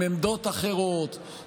עם עמדות אחרות,